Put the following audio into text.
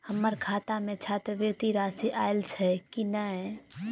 हम्मर खाता मे छात्रवृति राशि आइल छैय की नै?